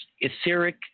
etheric